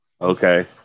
Okay